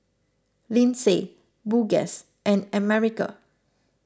Lindsay Burgess and America